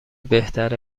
بهتره